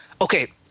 okay